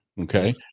Okay